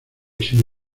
sin